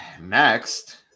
next